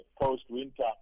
post-winter